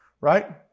right